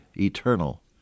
eternal